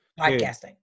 Podcasting